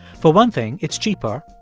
for one thing, it's cheaper.